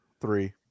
Three